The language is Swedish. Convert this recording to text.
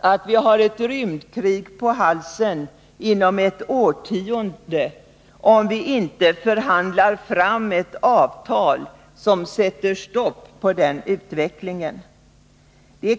att vi har ett rymdkrig på halsen inom ett årtionde, om vi inte förhandlar fram ett avtal som sätter stopp för utvecklingen.